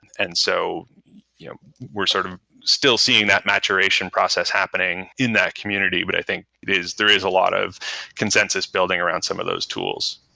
and so we're sort of still seeing that maturation process happening in that community, but i think there is a lot of consensus building around some of those tools.